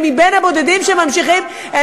השאלה לא הייתה אם הם משרתים במילואים,